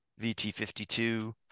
VT52